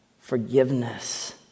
Forgiveness